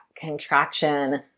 contraction